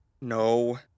No